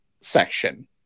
section